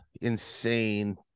insane